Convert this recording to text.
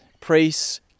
priests